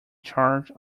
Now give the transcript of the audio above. charge